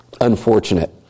unfortunate